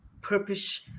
purpose